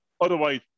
Otherwise